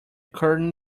curtain